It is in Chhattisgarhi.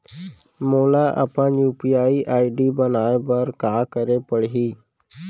मोला अपन यू.पी.आई आई.डी बनाए बर का करे पड़ही?